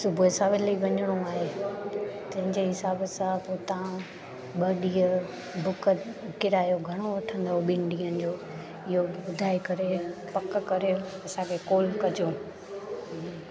सुबुह सवेल ई वञिणो आहे जंहिंजे हिसाब सां तव्हां ॿ ॾींहं जो बुक किरायो घणो वठंदव ॿिनि ॾींहंनि जो इहो ॿुधाए करे पक करे असांखे कोल कजो